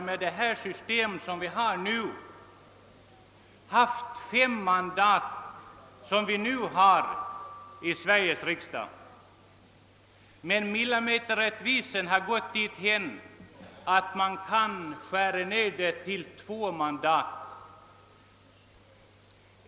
Med det nu gällande systemet har Gotlands valkrets fem mandat i Sveriges riksdag. Millimeterrättvisan innebär att mandaten kan skäras ned till två.